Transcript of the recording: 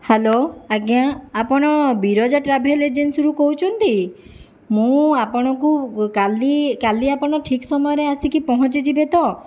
hello ଆଜ୍ଞା ଆପଣ Biraja travel ଏଜେନ୍ସିରୁ କହୁଛନ୍ତି ମୁଁ ଆପଣଙ୍କୁ କାଲି କାଲି ଆପଣ ଠିକ୍ ସମୟରେ ଆସିକି ପହଁଞ୍ଚିଯିବେ ତ